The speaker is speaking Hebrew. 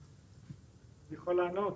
אני יכול לענות?